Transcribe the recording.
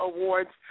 Awards